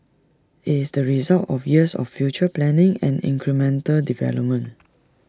IT is the result of years of future planning and incremental development